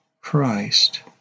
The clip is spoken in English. Christ